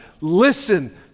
Listen